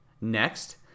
Next